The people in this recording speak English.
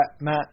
Matt